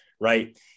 Right